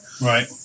Right